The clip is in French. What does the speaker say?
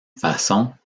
façon